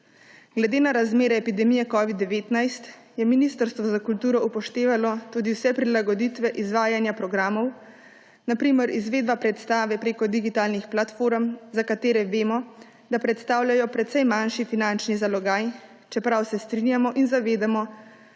Glede na razmere epidemije covida-19 je Ministrstvo za kulturo upoštevalo tudi vse prilagoditve izvajanja programov, na primer, izvedba predstave preko digitalnih platform, za katere vemo, da predstavljajo precej manjši finančni zalogaj, čeprav se strinjamo in zavedamo,